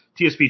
TSP